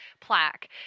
plaque